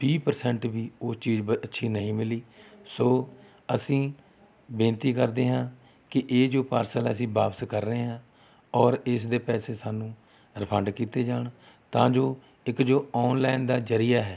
ਵੀਹ ਪਰਸੈਂਟ ਵੀ ਉਹ ਚੀਜ਼ ਵ ਅੱਛੀ ਨਹੀਂ ਮਿਲੀ ਸੋ ਅਸੀਂ ਬੇਨਤੀ ਕਰਦੇ ਹਾਂ ਕਿ ਇਹ ਜੋ ਪਾਰਸਲ ਅਸੀਂ ਵਾਪਸ ਕਰ ਰਹੇ ਹਾਂ ਔਰ ਇਸ ਦੇ ਪੈਸੇ ਸਾਨੂੰ ਰੀਫੰਡ ਕੀਤੇ ਜਾਣ ਤਾਂ ਜੋ ਇੱਕ ਜੋ ਆਨਲਾਈਨ ਦਾ ਜ਼ਰੀਆ ਹੈ